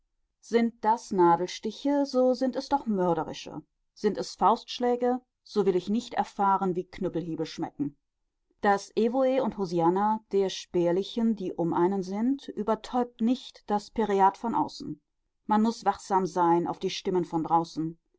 sind das nadelstiche so sind es doch mörderische sind es faustschläge so will ich nicht erfahren wie knüppelhiebe schmecken das evoe und hosianna der spärlichen die um einen sind übertäubt nicht das pereat von draußen man muß wachsam sein auf die stimmen von draußen